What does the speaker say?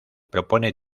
propone